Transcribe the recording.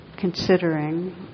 considering